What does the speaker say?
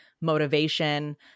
motivation